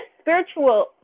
spiritual